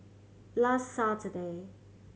last Saturday